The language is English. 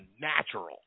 natural